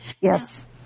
Yes